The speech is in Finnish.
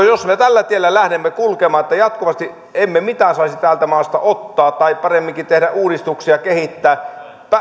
jos me tällä tiellä lähdemme kulkemaan että jatkuvasti emme mitään saisi täältä maasta ottaa tai paremminkin tehdä uudistuksia kehittää